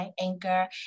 Anchor